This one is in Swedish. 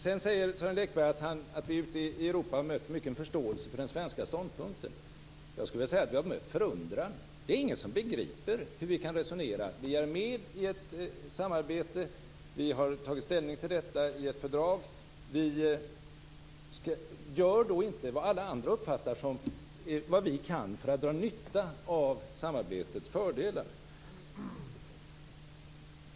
Sedan säger Sören Lekberg att vi ute i Europa mött mycken förståelse för den svenska ståndpunkten. Jag skulle vilja säga att vi har mött förundran. Det är ingen som begriper hur vi kan resonera på det här sättet. Vi är med i ett samarbete. Vi har tagit ställning till detta i ett fördrag. Men som alla andra uppfattar det gör vi inte vad vi kan för att dra nytta av samarbetets fördelar.